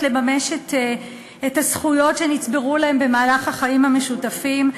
לממש את הזכויות שנצברו להן במהלך החיים המשותפים.